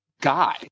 Guy